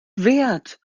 wert